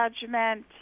judgment